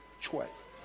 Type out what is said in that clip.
choice